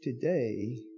Today